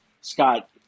Scott